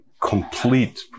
complete